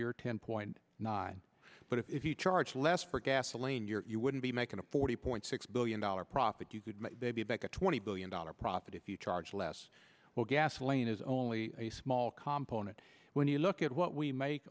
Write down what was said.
year ten point nine but if you charge less for gasoline you're you wouldn't be making a forty point six billion dollars profit you could maybe back a twenty billion dollars profit if you charge less well gasoline is only a small component when you look at what we make